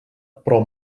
però